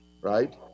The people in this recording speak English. right